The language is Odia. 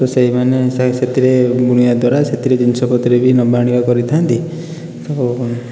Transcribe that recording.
ତ ସେଇମାନେ ସେଥିରେ ବୁଣିବା ଦ୍ୱାରା ସେଥିରେ ଜିନିଷପତ୍ର ବି ନେବା ଆଣିବା କରିଥାନ୍ତି